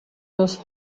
youth